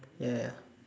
ya ya